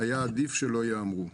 היה עדיף שלא יאמרו.